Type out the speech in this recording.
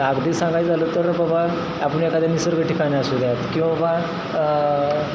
अगदीच सांगायचं झालं तर बाबा आपण एखाद्या निसर्ग ठिकाणी असू द्यात की बाबा